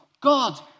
God